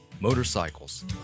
motorcycles